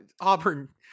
Auburn